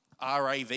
RAV